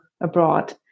abroad